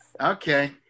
Okay